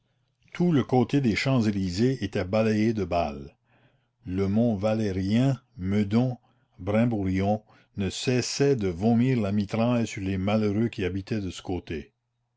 tout le côté des champs-elysées était balayé de balles le mont valérien meudon brimborion ne cessaient de vomir la mitraille sur les malheureux qui habitaient de ce côté